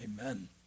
Amen